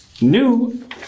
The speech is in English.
new